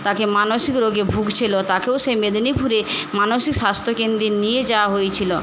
তাকে মানসিক রোগে ভুগছিল তাকেও সে মেদিনীপুরে মানসিক স্বাস্থ্য কেন্দ্রে নিয়ে যাওয়া হয়েছিল